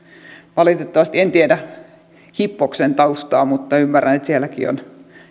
valitettavasti en tiedä hippoksen taustaa mutta ymmärrän että sielläkin on